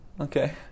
Okay